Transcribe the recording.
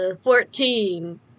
fourteen